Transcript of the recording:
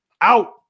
Out